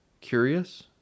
curious